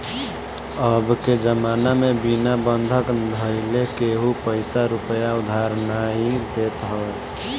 अबके जमाना में बिना बंधक धइले केहू पईसा रूपया उधार नाइ देत हवे